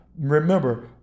remember